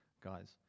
guys